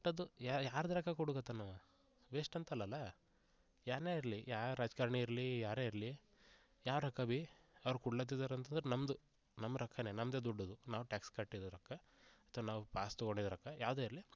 but ಅದು ಯಾರ ಯಾರದು ರೊಕ್ಕ ಕೊಡೋಕತ್ತಾನ ಅವ ವೇಸ್ಟ್ ಅಂತ ಅಲ್ಲ ಅಲ್ಲ ಯಾರನ ಇರಲಿ ಯಾವ್ ರಾಜಕಾರ್ಣಿ ಇರಲಿ ಯಾರೇ ಇರಲಿ ಯಾರ ಕ ಬಿ ಅವ್ರು ಕೊಡ್ಲಾತಿದಾರ್ ಅಂತ ಅಂದ್ರೆ ನಮ್ಮದು ನಮ್ಮ ರೊಕ್ಕ ನಮ್ಮದೇ ದುಡ್ಡು ಅದು ನಾವು ಟ್ಯಾಕ್ಸ್ ಕಟ್ಟಿದ ರೊಕ್ಕ ಅಥ್ವ ನಾವು ಪಾಸ್ ತೊಗೊಂಡಿದ್ದು ರೊಕ್ಕ ಯಾವುದೇ ಇರಲಿ